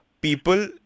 people